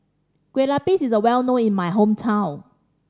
Kueh Lapis is well known in my hometown